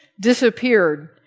disappeared